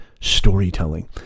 storytelling